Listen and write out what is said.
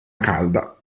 calda